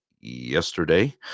yesterday